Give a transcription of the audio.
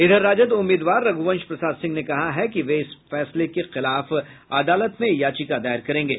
इधर राजद उम्मीदवार रघ्रवंश प्रसाद सिंह ने कहा है कि वे इस फैसले के खिलाफ अदालत में याचिका दायर करेंगे